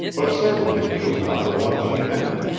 but certainly he was not the one she meant.